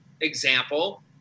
example